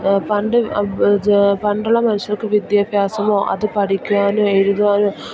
പണ്ട് പണ്ടുള്ള മനുഷ്യർക്ക് വിദ്യാഭ്യാസമോ അത് പഠിക്കുവാനോ എഴുതുവാനോ